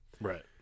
Right